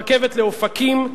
רכבת לאופקים,